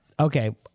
okay